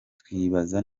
twibaza